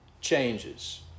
changes